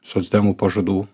socdemų pažadų